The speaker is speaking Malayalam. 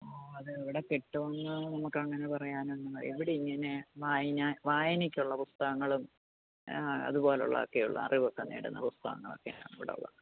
ആ അത് എവിടെ കിട്ടുമെന്ന് നമുക്ക് അങ്ങനെ പറയാനൊന്നും വയ്യ ഇവിടെ ഇങ്ങനെ വായന വായനയ്ക്കുള്ള പുസ്തകങ്ങളും അതുപോലെ ഉള്ളതൊക്കെ ഉള്ളൂ അറിവൊക്കെ നേടുന്ന പുസ്തകങ്ങൾ ഒക്കെയാണ് ഇവിടെ ഉള്ളത്